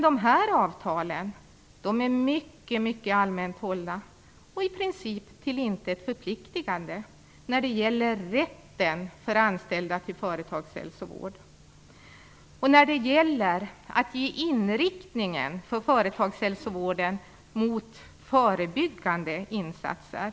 Dessa avtal är mycket allmänt hållna och i princip till intet förpliktande när det gäller anställdas rätt till företagshälsovård och när det gäller företagshälsovårdens inriktning mot förebyggande insatser.